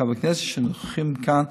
חברי הכנסת שנוכחים כאן